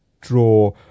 draw